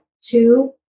two